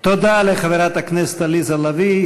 תודה לחברת הכנסת עליזה לביא,